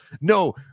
No